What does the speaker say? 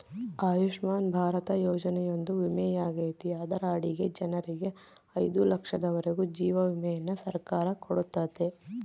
ಆಯುಷ್ಮನ್ ಭಾರತ ಯೋಜನೆಯೊಂದು ವಿಮೆಯಾಗೆತೆ ಅದರ ಅಡಿಗ ಜನರಿಗೆ ಐದು ಲಕ್ಷದವರೆಗೂ ಜೀವ ವಿಮೆಯನ್ನ ಸರ್ಕಾರ ಕೊಡುತ್ತತೆ